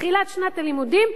תחילת שנת הלימודים,